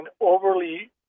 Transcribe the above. overly